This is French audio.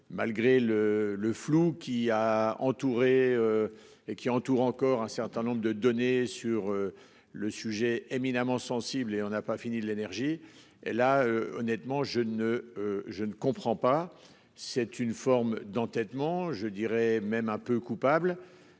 Malgré le le flou qui a entouré. Et qui entoure encore un certain nombre de données sur le sujet éminemment sensible et on n'a pas fini de l'énergie et là honnêtement je ne je ne comprends pas, c'est une forme d'entêtement. Je dirais même un peu coupable